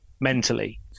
mentally